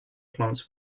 plants